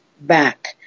back